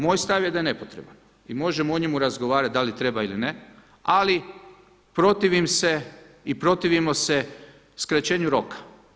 Moj stav je da je nepotreban i možemo o njemu razgovarati da li treba ili ne, ali protivim se i protivimo se skraćenju roka.